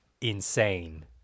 insane